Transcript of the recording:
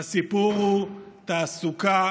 והסיפור הוא תעסוקה